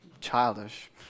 childish